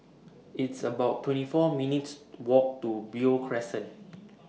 It's about twenty four minutes' Walk to Beo Crescent